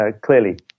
clearly